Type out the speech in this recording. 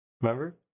Remember